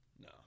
No